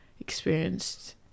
experienced